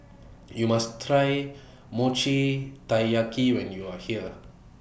YOU must Try Mochi Taiyaki when YOU Are here